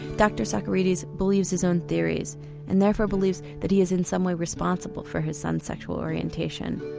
dr socarides believes his own theories and therefore believes that he is in some way responsible for his son's sexual orientation.